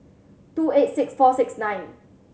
two eight six four six nine